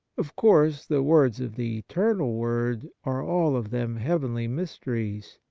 of course the words of the eternal word are all of them heavenly mysteries,